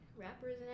Rappers